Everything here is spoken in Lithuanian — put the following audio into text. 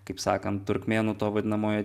kaip sakant turkmėnų to vadinamojo